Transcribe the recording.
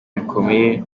bikomeye